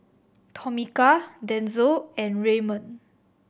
Tomika Denzil and Raymond